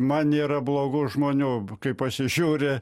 man nėra blogų žmonių kai pasižiūri